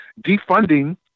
Defunding